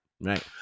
right